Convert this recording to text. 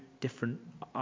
different